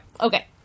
okay